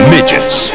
Midgets